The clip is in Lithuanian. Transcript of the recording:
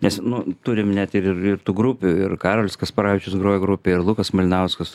nes nu turim net ir ir tų grupių ir karolis kasparavičius groja grupėj ir lukas malinauskas